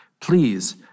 Please